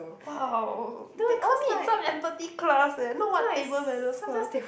!wow! they all need some empathy class eh not what table manners class